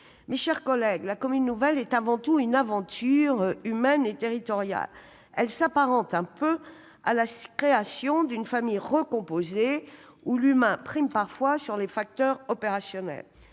Mes chers collègues, la commune nouvelle est avant tout une aventure humaine et territoriale. Elle s'apparente à la situation d'une famille recomposée, où l'humain prime parfois sur les facteurs opérationnels.